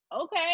okay